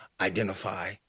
identify